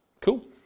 Cool